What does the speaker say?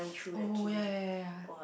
oh ya ya ya ya